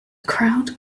crowd